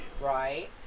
Right